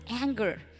anger